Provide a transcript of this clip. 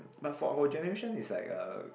but for our generation is like uh